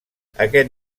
aquest